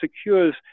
secures